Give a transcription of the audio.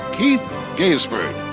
keith gaisford.